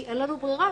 כי אין לנו ברירה,